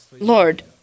Lord